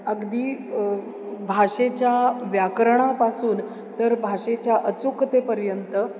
अगदी भाषेच्या व्याकरणापासून तर भाषेच्या अचूकतेपर्यंत